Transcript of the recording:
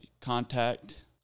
contact